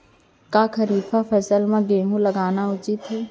का खरीफ फसल म गेहूँ लगाना उचित है?